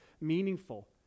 meaningful